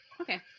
Okay